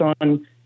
on